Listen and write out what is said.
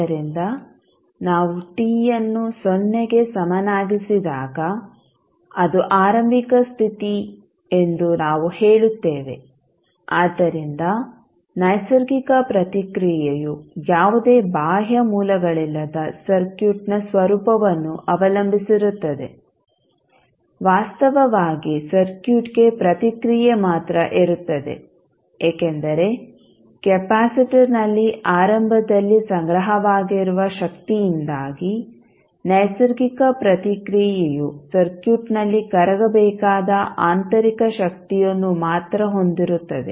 ಆದ್ದರಿಂದ ನಾವು t ಅನ್ನು ಸೊನ್ನೆಗೆ ಸಮನಾಗಿಸಿದಾಗ ಅದು ಆರಂಭಿಕ ಸ್ಥಿತಿ ಎಂದು ನಾವು ಹೇಳುತ್ತೇವೆ ಆದ್ದರಿಂದ ನೈಸರ್ಗಿಕ ಪ್ರತಿಕ್ರಿಯೆಯು ಯಾವುದೇ ಬಾಹ್ಯ ಮೂಲಗಳಿಲ್ಲದ ಸರ್ಕ್ಯೂಟ್ನ ಸ್ವರೂಪವನ್ನು ಅವಲಂಬಿಸಿರುತ್ತದೆ ವಾಸ್ತವವಾಗಿ ಸರ್ಕ್ಯೂಟ್ಗೆ ಪ್ರತಿಕ್ರಿಯೆ ಮಾತ್ರ ಇರುತ್ತದೆ ಏಕೆಂದರೆ ಕೆಪಾಸಿಟರ್ನಲ್ಲಿ ಆರಂಭದಲ್ಲಿ ಸಂಗ್ರಹವಾಗಿರುವ ಶಕ್ತಿಯಿಂದಾಗಿ ನೈಸರ್ಗಿಕ ಪ್ರತಿಕ್ರಿಯೆಯು ಸರ್ಕ್ಯೂಟ್ನಲ್ಲಿ ಕರಗಬೇಕಾದ ಆಂತರಿಕ ಶಕ್ತಿಯನ್ನು ಮಾತ್ರ ಹೊಂದಿರುತ್ತದೆ